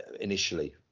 Initially